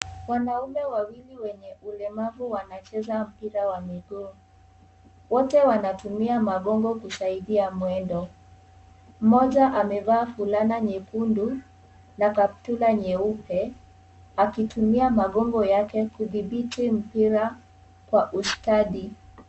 Wanaume wawili wenye ulemavu wanacheza mpira wa miguu. Wote wanatumia magongo kusaidia mwendo. Mmoja amefaa fulana nyekundu na kaptura nyeupe akitumia magogo yake kudhibiti mpira kwa ustadi.